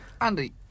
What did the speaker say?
Andy